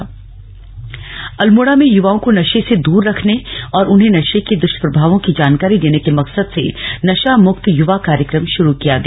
नशा मुक्ति अल्मोडा अल्मोड़ा में युवाओं को नशे से दूर रखने और उन्हें नशे के दुष्प्रभावों की जानकारी देने के मकसद से नशा मुक्त युवा कार्यक्रम शुरू किया गया